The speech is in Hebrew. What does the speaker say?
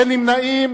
אין נמנעים.